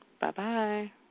Bye-bye